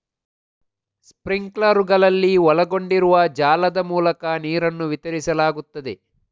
ಸ್ಪ್ರಿಂಕ್ಲರುಗಳಲ್ಲಿ ಒಳಗೊಂಡಿರುವ ಜಾಲದ ಮೂಲಕ ನೀರನ್ನು ವಿತರಿಸಲಾಗುತ್ತದೆ